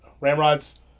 Ramrod's